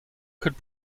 could